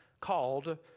called